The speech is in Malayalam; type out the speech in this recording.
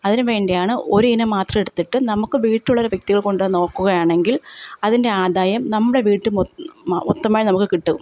അതിനുവേണ്ടിയാണ് ഒരു ഇനം മാത്രം എടുത്തിട്ട് നമുക്ക് വീട്ടിലുള്ളവരാണ് വ്യക്തികൾ കൊണ്ടു നോക്കുകയാണെങ്കിൽ അതിൻ്റെ ആദായം നമ്മുടെ വീട്ടുമു മൊ മൊത്തമായി നമുക്ക് കിട്ടും